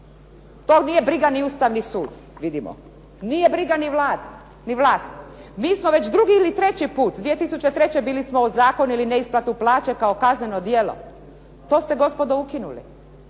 To nije briga ni Ustavni sud, vidimo, nije briga ni vlast. Mi smo već drugi ili treći put, 2003. bili smo ozakonili neisplatu plaća kao kazneno djelo. To ste gospodo ukinuli.